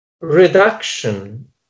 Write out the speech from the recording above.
reduction